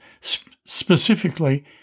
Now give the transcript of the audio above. specifically